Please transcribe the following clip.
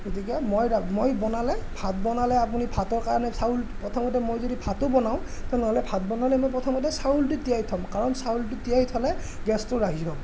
গতিকে মই ৰা মই বনালে ভাত বনালে আপুনি ভাতৰ কাৰণে চাউল প্ৰথমতে মই যদি ভাতো বনাওঁ তেনেহ'লে ভাত বনালে মই প্ৰথমতে চাউলটো তিয়াই থ'ম কাৰণ চাউলটো তিয়াই থ'লে গেছটো ৰাহি হ'ব